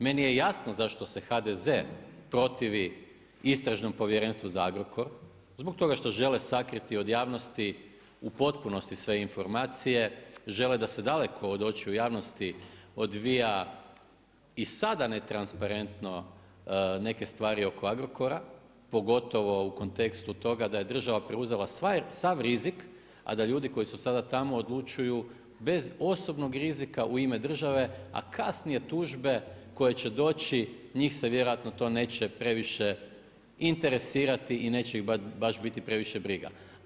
Meni je jasno zašto se HDZ protivi istražnom povjerenstvu za Agrokor, zbog toga što žele sakriti od javnosti u potpunosti sve informacije, žele da se daleko od očiju javnosti odvija i sada ne transparentno neke stvari oko Agrokora pogotovo u kontekstu toga da je država preuzela sav rizik, a da ljudi koji u sada tamo odlučuju bez osobnog rizika u ime države, a kasnije tužbe koje će doći njih se to vjerojatno neće previše interesirati i neće ih baš biti previše briga.